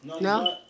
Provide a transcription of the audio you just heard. No